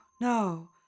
no